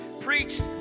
preached